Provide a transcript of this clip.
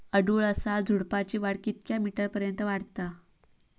अडुळसा झुडूपाची वाढ कितक्या मीटर पर्यंत वाढता?